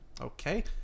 Okay